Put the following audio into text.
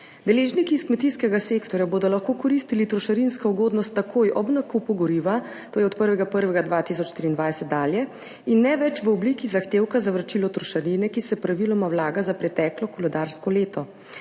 Deležniki iz kmetijskega sektorja bodo lahko koristili trošarinsko ugodnost takoj ob nakupu goriva, to je od 1. 1. 2023 dalje, in ne več v obliki zahtevka za vračilo trošarine, ki se praviloma vlaga za preteklo koledarsko leto.